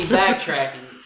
backtracking